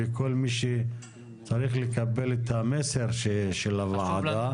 לכל מי שצריך לקבל את המסר של הוועדה.